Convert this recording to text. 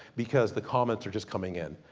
because the comments are just coming in.